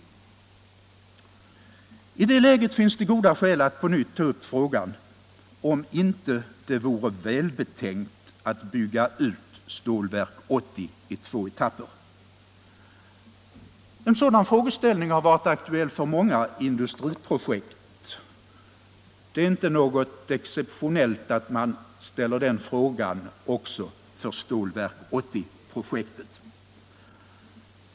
I det läget finns det goda skäl att på nytt ta upp frågan om det inte vore välbetänkt att bygga ut Stålverk 80 i två etapper. En sådan frågeställning har varit aktuell för många industriprojekt. Det är inte något exceptionellt att man ställer denna fråga också för Stålverk 80-projektet.